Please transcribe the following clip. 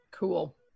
Cool